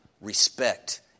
respect